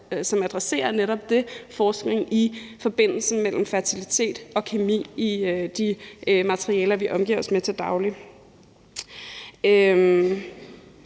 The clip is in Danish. som adresserer netop det, altså forskning i forbindelsen mellem fertilitet og kemi i de materialer, som vi omgiver os med til daglig.